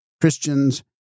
Christians